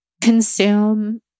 consume